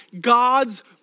God's